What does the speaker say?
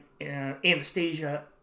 Anastasia